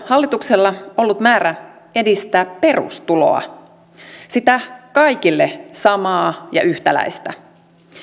hallituksella ollut määrä edistää perustuloa sitä kaikille samaa ja yhtäläistä